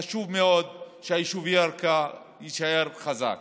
חשוב מאוד שהיישוב ירכא יישאר חזק.